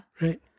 right